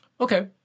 Okay